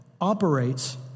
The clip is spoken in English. operates